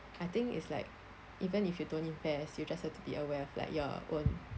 I think it's like even if you don't invest you just have to be aware of like your own